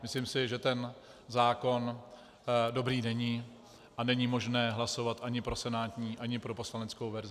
Myslím si, že ten zákon dobrý není a není možné hlasovat ani pro senátní ani pro poslaneckou verzi.